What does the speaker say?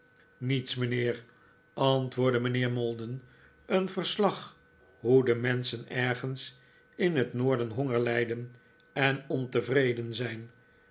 niets mijnheer antwoordde mijnheer maldon een verslag hoe de menschen ergens in het noorden honger lijden en ontevreden zijn